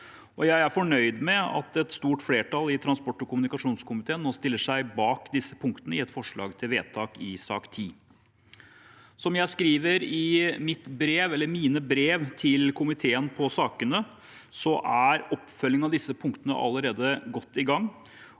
Jeg er fornøyd med at et stort flertall i transport- og kommunikasjonskomiteen stiller seg bak disse punktene i forslaget til vedtak i sak nr. 10. Som jeg skriver i mine brev til komiteen i sakene, er vi allerede godt i gang